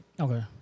Okay